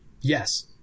Yes